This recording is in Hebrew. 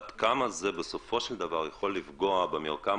עד כה זה בסופו של דבר יכול לפגוע במרקם